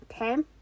okay